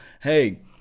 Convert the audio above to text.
Hey